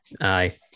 aye